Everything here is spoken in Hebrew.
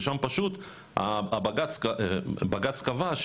ששם פשוט בג"צ קבע,